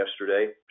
yesterday